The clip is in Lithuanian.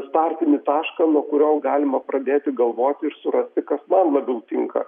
startinį tašką nuo kurio galima pradėti galvoti ir surasti kas man labiau tinka